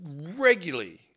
regularly